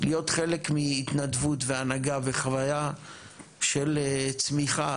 להיות חלק מהתנדבות והנהגה וחוויה של צמיחה,